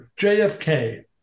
JFK